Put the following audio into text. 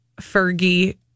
Fergie